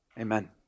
Amen